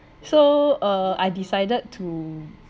so uh I decided to